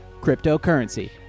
cryptocurrency